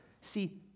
See